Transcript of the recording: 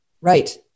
right